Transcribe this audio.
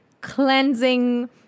cleansing